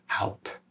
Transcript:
out